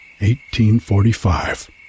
1845